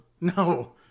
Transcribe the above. No